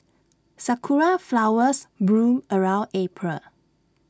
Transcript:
Sakura Flowers bloom around April